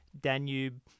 Danube